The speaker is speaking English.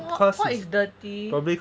what is the